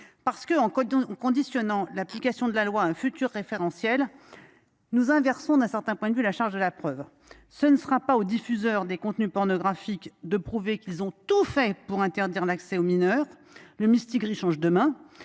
effet, en conditionnant l’application de la loi à un futur référentiel, nous inversons, d’une certaine manière, la charge de la preuve : ce ne sera pas aux diffuseurs des contenus pornographiques de prouver qu’ils ont tout fait pour interdire l’accès aux mineurs ; le mistigri passera dans